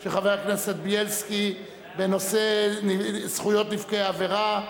לסדר-היום של חבר הכנסת בילסקי בנושא זכויות נפגעי עבירה.